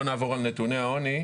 לא נעבור על נתוני העוני,